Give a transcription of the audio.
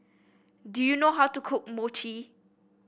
do you know how to cook Mochi